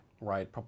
right